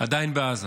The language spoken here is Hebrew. עדיין בעזה